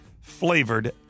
flavored